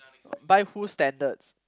by whose standards